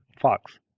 Fox